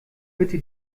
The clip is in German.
bitte